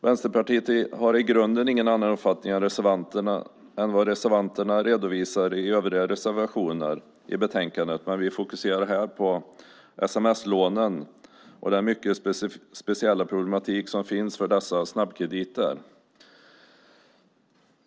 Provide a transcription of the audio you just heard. Vänsterpartiet har i grunden ingen annan uppfattning än vad reservanterna redovisar i övriga reservationer i betänkandet men vi fokuserar här på sms-lånen och den mycket speciella problematik som finns för dessa snabbkrediter.